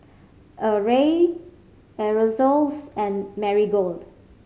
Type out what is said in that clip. Arai Aerosoles and Marigold